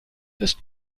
ist